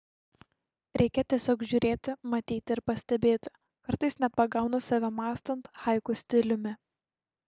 reikia tiesiog žiūrėti matyti ir pastebėti kartais net pagaunu save mąstant haiku stiliumi